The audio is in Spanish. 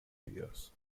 vidas